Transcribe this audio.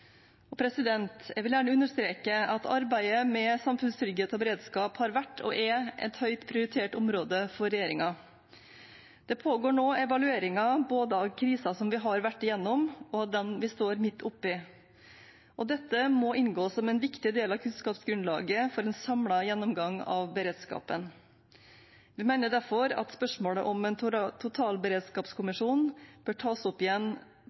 og om å være beredt. Jeg vil gjerne understreke at arbeidet med samfunnstrygghet og beredskap har vært og er et høyt prioritert område for regjeringen. Det pågår nå evalueringer både av kriser vi har vært gjennom, og av den vi står midt oppe i. Dette må inngå som en viktig del av kunnskapsgrunnlaget for en samlet gjennomgang av beredskapen. Vi mener derfor at spørsmålet om en totalberedskapskommisjon bør tas opp igjen